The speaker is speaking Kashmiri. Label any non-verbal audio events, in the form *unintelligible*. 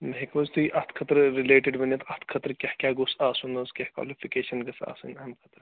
مےٚ ہیٚکوٕ حظ تُہۍ اَتھ خٲطرٕ رِلیٹِڈ ؤنِتھ اَتھ خٲطرٕ کیٛاہ کیٛاہ گوٚژھ آسُن حظ کیٛاہ کالِفِکیشَن گٔژھ آسٕنۍ *unintelligible*